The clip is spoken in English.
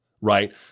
right